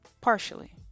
partially